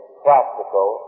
practical